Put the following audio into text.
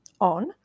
on